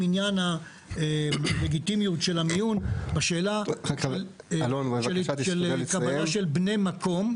עניין הלגיטימיות של המיון בשאלה של קבלה של בני מקום,